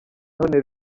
none